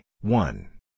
One